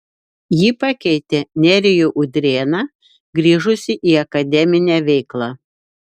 ji pakeitė nerijų udrėną grįžusį į akademinę veiklą